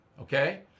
Okay